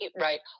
Right